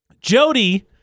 Jody